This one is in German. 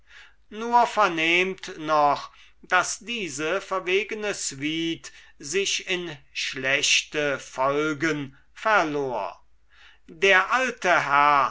nur vernehmt noch daß diese verwegene suite sich in schlechte folgen verlor der alte herr